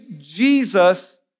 Jesus